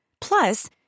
Plus